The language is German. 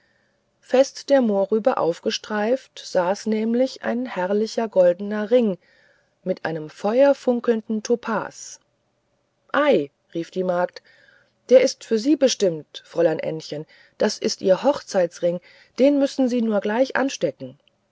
fest der mohrrübe aufgestreift saß nämlich ein herrlicher goldner ring mit einem feuerfunkelnden topas ei rief die magd der ist für sie bestimmt fräulein ännchen das ist ihr hochzeitsring den müssen sie nur gleich anstecken